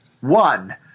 One